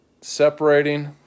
separating